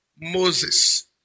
Moses